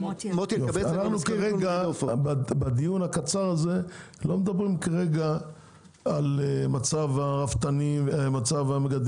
אנחנו כרגע בדיון הקצר הזה לא מדברים על מצב המגדלים.